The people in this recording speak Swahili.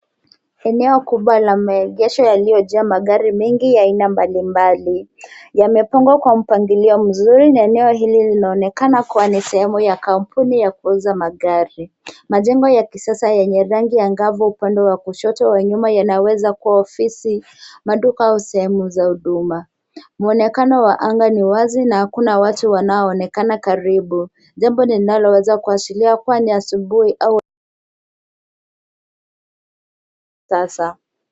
Eneo kubwa la maegesho yaliyojaa magari mengi ya aina mbalimbali. Yamepangwa kwa mpangilio mzuri na eneo hili linaonekana kuwa ni sehemu ya kampuni ya kuuza magari. Majengo ya kisasa yenye rangi angavu upande wa kushoto wa nyuma yanaweza kuwa ofisi, maduka au sehemu za huduma. Mwonekana wa anga ni wazi na hakuna watu wanaoonekana karibu. Jambo linaloweza kuashiria kuwa ni asubuhi au sasa.